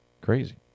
Crazy